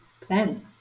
plan